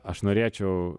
aš norėčiau